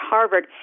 Harvard